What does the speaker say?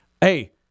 hey